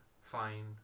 fine